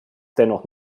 dennoch